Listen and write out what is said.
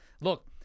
Look